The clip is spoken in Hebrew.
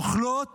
אוכלות